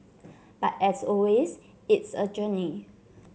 but as always it's a journey